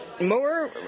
More